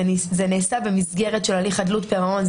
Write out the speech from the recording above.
זה נעשה במסגרת של הליך חדלות פירעון.